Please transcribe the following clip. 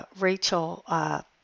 Rachel